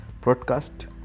broadcast